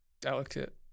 delicate